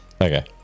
Okay